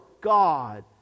God